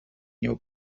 your